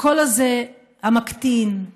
המקטין,